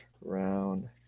round